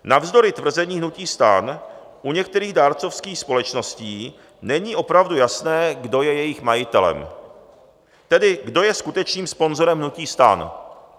Navzdory tvrzení hnutí STAN u některých dárcovských společností není opravdu jasné, kdo je jejich majitelem, tedy kdo je skutečným sponzorem hnutí STAN.